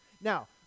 now